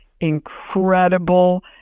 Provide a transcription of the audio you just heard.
incredible